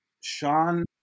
Sean